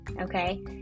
okay